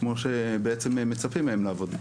כמו שבעצם, מצפים מהם לעבוד.